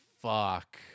fuck